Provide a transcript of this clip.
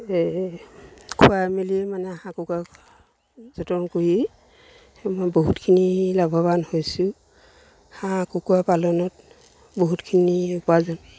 এই খোৱাই মেলি মানে হাঁহ কুকুৰাক যতন কৰি মই বহুতখিনি লাভৱান হৈছোঁ হাঁহ কুকুৰা পালনত বহুতখিনি উপাৰ্জন